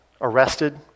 arrested